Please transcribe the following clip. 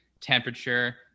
temperature